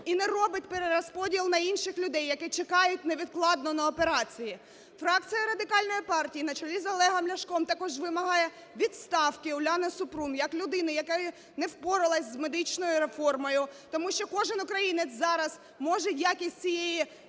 і не робить перерозподіл на інших людей, які чекають невідкладно на операції. Фракція Радикальної партії на чолі з Олегом Ляшком також вимагає відставки Уляни Супрун як людини, яка не впоралась з медичною реформою, тому що кожен українець зараз може якість цієї